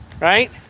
Right